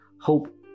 hope